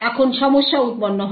এখন সমস্যা উৎপন্ন হয়